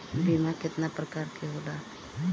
बीमा केतना प्रकार के होला?